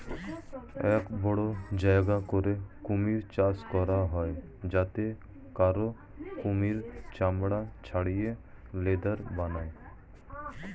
এক বড় জায়গা করে কুমির চাষ করা হয় যাতে করে কুমিরের চামড়া ছাড়িয়ে লেদার বানায়